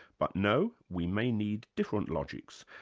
but no, we may need different logics,